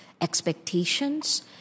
expectations